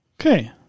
Okay